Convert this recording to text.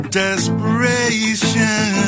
desperation